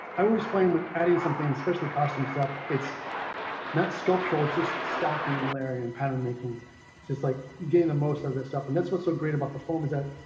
i always find when adding something especially costume stuff. not sculptural it's just stacking and larry and patternmaking just like gave the most of this stuff. and that's what's so great about the form is that